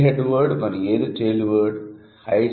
ఏది 'head word ' మరియు ఏది 'టెయిల్ వర్డ్'